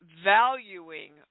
valuing